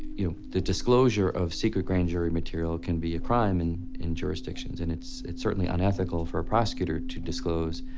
you know, the disclosure of secret grand jury material can be a crime and in jurisdictions, and it's it's certainly unethical for a prosecutor to disclose.